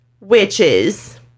witches